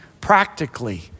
practically